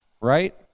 right